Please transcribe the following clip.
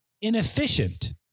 inefficient